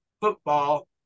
football